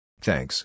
Thanks